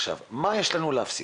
מה יש לנו להפסיד?